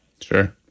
Sure